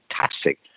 fantastic